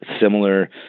similar